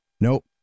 Nope